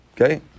okay